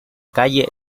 calle